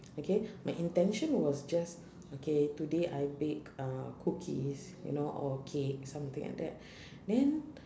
okay my intention was just okay today I bake uh cookies you know or cake something like that then